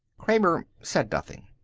kramer said nothing.